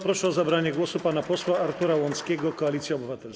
Proszę o zabranie głosu pana posła Artura Łąckiego, Koalicja Obywatelska.